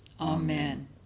Amen